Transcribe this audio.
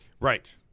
Right